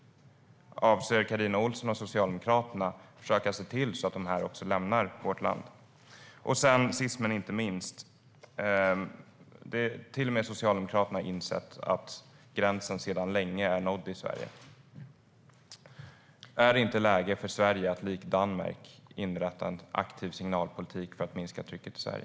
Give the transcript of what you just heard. Avser Carina Ohlsson och Socialdemokraterna att försöka se till att de också lämnar vårt land? Sist men inte minst: Till och med Socialdemokraterna har insett att gränsen sedan länge är nådd i Sverige. Är det inte läge för Sverige att likt Danmark inrätta en aktiv signalpolitik för att minska trycket i Sverige?